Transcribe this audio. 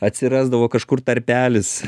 atsirasdavo kažkur tarpelis